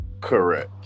Correct